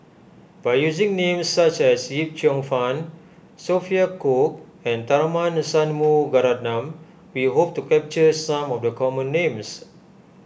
by using names such as Yip Cheong Fun Sophia Cooke and Tharman Shanmugaratnam we hope to capture some of the common names